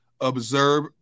observe